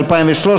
אין נמנעים.